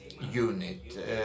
Unit